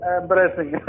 embarrassing